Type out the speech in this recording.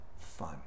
fun